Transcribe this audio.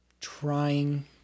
trying